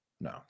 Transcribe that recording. No